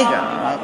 לשעבר.